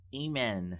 amen